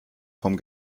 vom